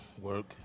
work